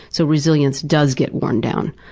so, resilience does get worn down,